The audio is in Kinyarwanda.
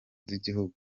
z’igihugu